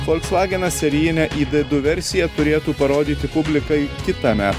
folksvageną serijinė idedu versija turėtų parodyti publikai kitąmet